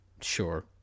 sure